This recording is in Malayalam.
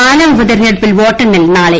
പാലാ ഉപതെരഞ്ഞെടുപ്പിൽ വോട്ടെണ്ണൽ നാളെ